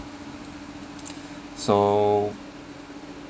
so